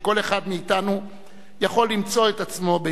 כל אחד מאתנו יכול למצוא את עצמו,